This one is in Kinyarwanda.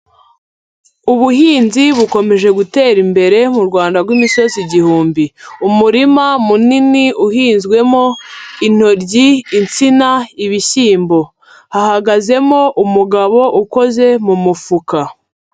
Ubuhinzi bukomeje gutera imbere mu Rwanda rw'imisozi igihumbi, umurima munini uhinzwemo intoryi, insina, ibishyimbo, hahagazemo umugabo ukoze mu mufuka.